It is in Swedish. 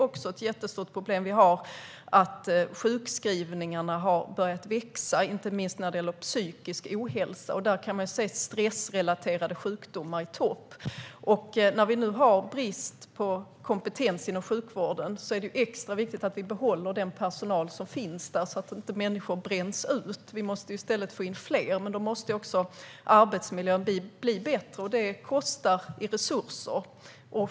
Vi har ett jättestort problem med att sjukskrivningarna har börjat växa i antal, inte minst när det gäller psykisk ohälsa. Där kan vi se att stressrelaterade sjukdomar ligger i topp. När vi nu har brist på kompetens inom sjukvården är det extra viktigt att vi behåller den personal som finns där så att inte människor bränns ut. Vi måste i stället få in fler, men då måste också arbetsmiljön bli bättre - det kostar i resurser.